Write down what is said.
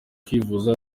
kwivuza